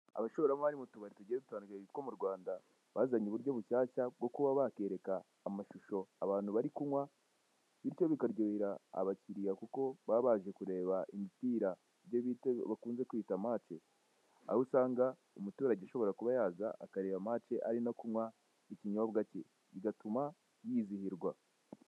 Abashoramari mu tubari tugiye dutandukanye two mu Rwanda bazanye uburyo bushyashya bwo kuba bakereka amashusho abantu bari kunywa bityo bikaryohera abakiriya kuku baba baje kureba imipira ibyo bita bakunze kwita mace. Aho usanga umuturage ashobora kuba yaza akareba mace ari no kunywa ikinyobwa ke bigatuma yizihirwa.